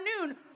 noon